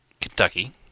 Kentucky